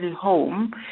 home